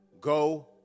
Go